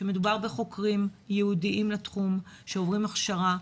שמדובר בחוקרים שייעודיים לתחום, שעוברים הכשרה.